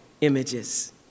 images